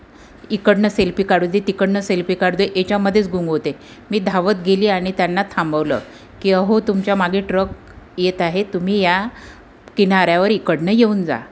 इकडनं सेल्फी काढू दे तिकडनं सेल्फी काढू दे याच्यामध्येच गुंग होते मी धावत गेली आणि त्यांना थांबवलं की अहो तुमच्यामागे ट्रक येत आहे तुम्ही या किनाऱ्यावर इकडनं येऊन जा